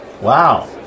wow